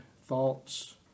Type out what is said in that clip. thoughts